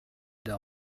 del